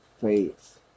faith